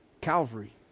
calvary